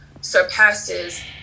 surpasses